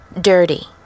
Dirty